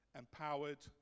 empowered